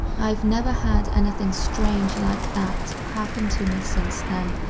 i've never had anything strange like that happen to me since then,